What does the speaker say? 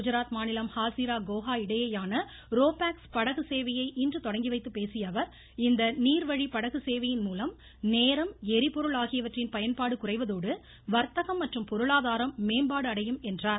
குஜராத் மாநிலம் ஹாசிரா கோஹா இடையேயான ro pax படகு சேவையை இன்று தொடங்கி வைத்துப் பேசிய அவர் இந்த நீர்வழி படகு சேவையின் மூலம் நேரம் ளிபொருள் ஆகியவற்றின் பயன்பாடு குறைவதோடு வா்த்தகம் மற்றும் பொருளாதாரம் மேம்பாடு அடையும் என்றார்